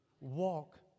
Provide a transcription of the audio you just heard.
walk